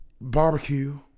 Barbecue